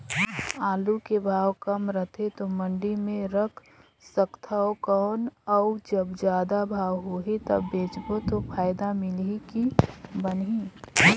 आलू के भाव कम रथे तो मंडी मे रख सकथव कौन अउ जब जादा भाव होही तब बेचबो तो फायदा मिलही की बनही?